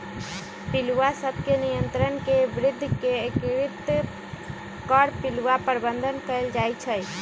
पिलुआ सभ के नियंत्रण के विद्ध के एकीकृत कर पिलुआ प्रबंधन कएल जाइ छइ